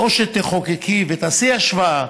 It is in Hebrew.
תחוקקי ותעשי השוואה,